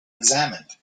examined